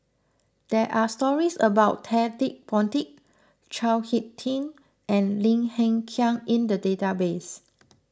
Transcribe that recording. there are stories about Ted De Ponti Chao Hick Tin and Lim Hng Kiang in the database